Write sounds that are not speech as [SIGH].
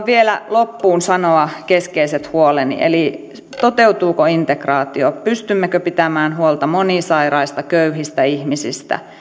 [UNINTELLIGIBLE] vielä loppuun sanoa keskeiset huoleni toteutuuko integraatio pystymmekö pitämään huolta monisairaista köyhistä ihmisistä